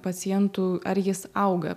pacientų ar jis auga